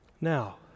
Now